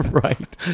right